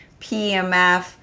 PMF